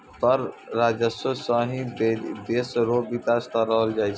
कर राजस्व सं ही देस रो बिकास करलो जाय छै